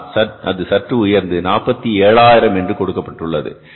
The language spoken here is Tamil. ஆனால் அது சற்று உயர்ந்து 47000 என்று கொடுக்கப்பட்டுள்ளது